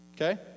Okay